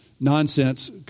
nonsense